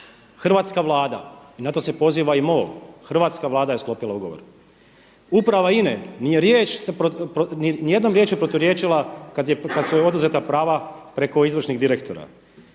hrvatska Vlada i na to se poziva i MOL, hrvatska Vlada je sklopila ugovor. Uprava INA-e nije nijednom riječju se proturječila kad su joj oduzeta prava preko izvršnih direktora.